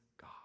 God